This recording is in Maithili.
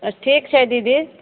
तऽ ठीक छै दीदी